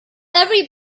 every